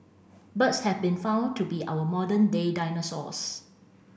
birds have been found to be our modern day dinosaurs